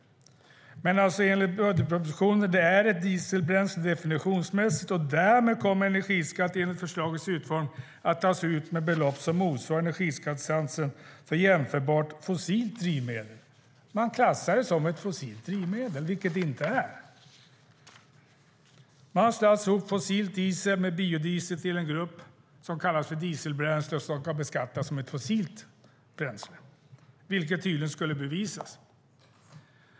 Men enligt budgetpropositionen är det ett dieselbränsle definitionsmässigt, och därmed kommer energiskatt enligt förslagets utformning att tas ut med belopp som motsvarar energiskattesatsen för jämförbart fossilt drivmedel. Man klassar det som ett fossilt drivmedel, vilket det inte är. Man slår alltså ihop fossilt diesel med biodiesel till en grupp som kallas för dieselbränsle och som ska beskattas som ett fossilt bränsle, vilket tydligen skulle bevisas.